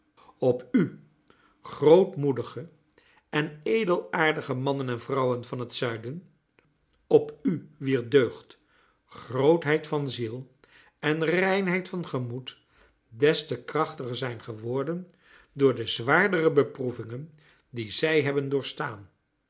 op u grootmoedige en edelaardige mannen en vrouwen van het zuiden op u wier deugd grootheid van ziel en reinheid van gemoed des te krachtiger zijn geworden door de zwaardere beproevingen die zij hebben